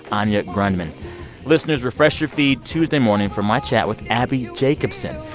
anya grundmann listeners, refresh your feed tuesday morning from my chat with abbi jacobson.